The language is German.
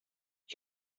ich